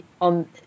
on